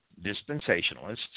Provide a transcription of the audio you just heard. dispensationalists